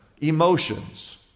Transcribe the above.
emotions